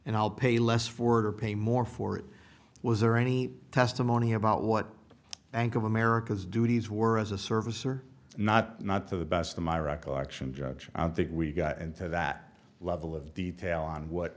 and i'll pay less ford or pay more for it was there any testimony about what bank of america's duties were as a service or not not to the best of my recollection judge i think we got into that level of detail on what